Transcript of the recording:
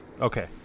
Okay